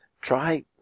try